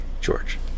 George